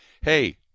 hey